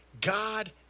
God